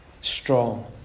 strong